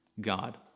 God